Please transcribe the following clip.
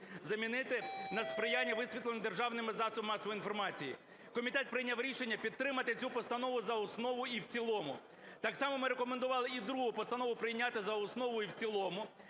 замінити на "сприяння висвітлення державними засобами масової інформації". Комітет прийняв рішення підтримати цю постанову за основу і в цілому. Так само ми рекомендували і другу постанову прийняти за основу і в цілому,